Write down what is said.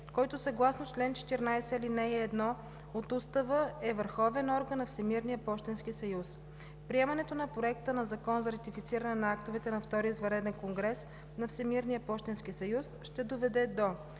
който съгласно чл. 14, ал. 1 от Устава е върховен орган на Всемирния пощенски съюз. Приемането на Законопроекта за ратифициране на актовете на Втория извънреден конгрес на Всемирния пощенски съюз ще доведе до: